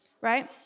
right